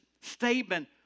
statement